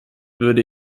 würde